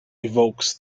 evokes